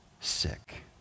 sick